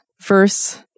verse-